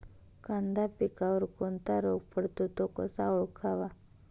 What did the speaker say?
कांदा पिकावर कोणता रोग पडतो? तो कसा ओळखावा?